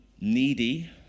needy